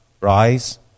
Rise